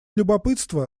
любопытство